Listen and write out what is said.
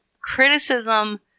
criticism